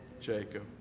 jacob